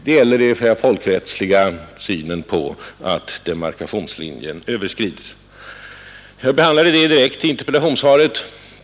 Den folkrättsliga synen på att demarkationslinjen överskrids har jag direkt behandlat i interpellationssvaret.